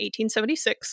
1876